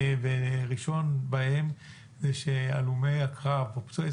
והראשון שבהם הוא שהלומי הקרב או פצועי